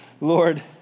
Lord